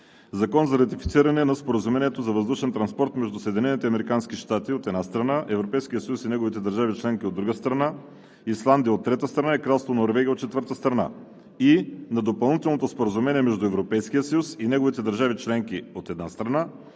„ЗАКОН за ратифициране на Споразумението за въздушен транспорт между Съединените американски щати, от една страна, Европейския съюз и неговите държави членки, от друга страна, Исландия, от трета страна, и Кралство Норвегия, от четвърта страна, и на Допълнителното споразумение между Европейския съюз и неговите държави членки, от една страна,